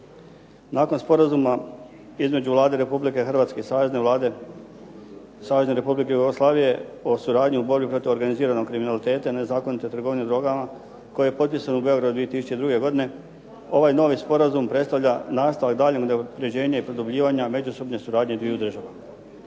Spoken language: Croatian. Nakon sporazuma između Vlade Republike Hrvatske i Savezne vlade Savezne Republike Jugoslavije o suradnji u borbi protiv organiziranog kriminaliteta i nezakonitog trgovanja drogama koji je potpisan u Beogradu 2002. godine. Ovaj novi sporazum predstavlja nastavak, daljnje unapređenje i produbljivanje međusobne suradnje dviju država.